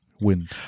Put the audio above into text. wind